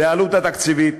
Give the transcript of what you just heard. והעלות התקציבית?